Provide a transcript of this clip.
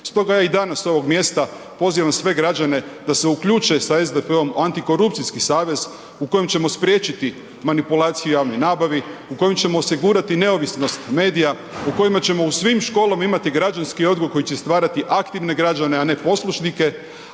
Stoga ja i danas s ovog mjesta pozivam sve građane da se uključe sa SDP-om u antikorupcijski savez u kojem ćemo spriječiti manipulaciju u javnoj nabavi, u kojem ćemo osigurati neovisnost medija, u kojima ćemo u svim školama imati građanski odgoj koji će stvarati aktivne građane, a ne poslušnike.